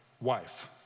wife